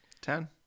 Ten